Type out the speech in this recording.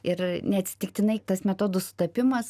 ir neatsitiktinai tas metodų sutapimas